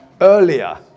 earlier